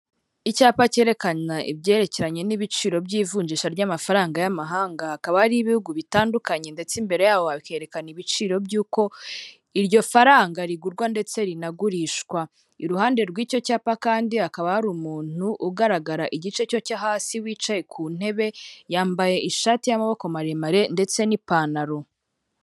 Icyapa cyerekana ibyerekeranye n'ibiciro by'ivunjisha ry'amafaranga y'amahanga, hakaba hariho ibihugu bitandukanye ndetse imbere y'aho bakerekana ibiciro by'uko iryo faranga rigurwa ndetse rinagurishwa, iruhande rw'icyo cyapa kandi hakaba hari umuntu ugaragara igice cye cyo hasi, wicaye ku ntebe, yambaye ishati y'amaboko maremare ndetse n'ipantaro.